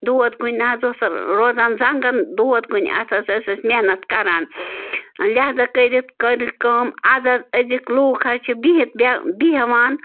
دود کُنہِ نہٕ حظ اوس روزان زَنٛگَن دود کُنہِ اَتھ ہسا ٲسۍ أسۍ محنت کران لہٰذا کٔرِتھ کٔر کٲم آز حظ أزِکۍ لوٗکھ حظ چھِ بِہِتھ بے بیٚہوان